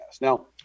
Now